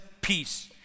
peace